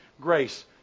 grace